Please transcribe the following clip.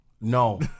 No